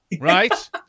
Right